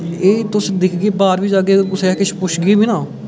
एह् तुस दिखगे बाह्र बी जाह्गे कुसै गी किश पुच्छगे बी ना